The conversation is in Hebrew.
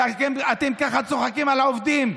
כי אתם ככה צוחקים על העובדים.